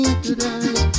today